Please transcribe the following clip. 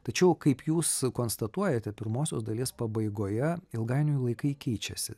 tačiau kaip jūs konstatuojate pirmosios dalies pabaigoje ilgainiui laikai keičiasi